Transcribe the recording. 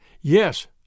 Yes